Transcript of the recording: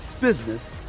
business